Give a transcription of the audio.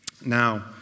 Now